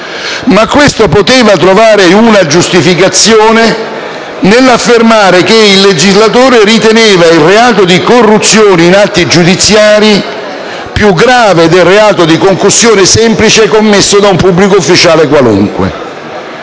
ma questo poteva trovare una giustificazione nell'affermare che il legislatore riteneva il reato di corruzione in atti giudiziari più grave del reato di concussione semplice commesso da un pubblico ufficiale qualunque.